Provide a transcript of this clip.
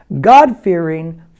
God-fearing